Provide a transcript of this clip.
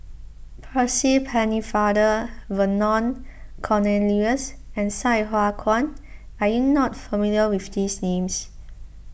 Percy Pennefather Vernon Cornelius and Sai Hua Kuan are you not familiar with these names